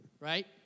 right